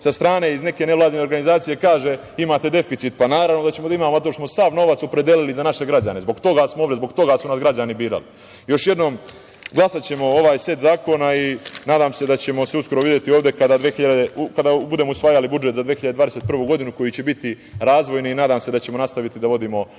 sa strane iz neke nevladine organizacije kaže – imate deficit. Pa, naravno da ćemo da imamo, zato što smo sav novac opredelili za naše građane. Zbog toga smo ovde i zbog toga su nas građani birali. Još jednom, glasaćemo za ovaj set zakona i nadam se da ćemo se uskoro videti ovde kada budemo usvajali budžet za 2021. godinu, koji će biti razvojni i nadam se da ćemo nastaviti da vodimo